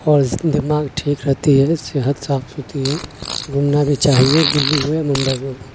اور دماغ ٹھیک رہتی ہے صحت صاف ہے گھومنا بھی چاہیے دلّی ہو یا ممبئی ہو